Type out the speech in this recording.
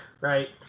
right